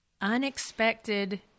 unexpected—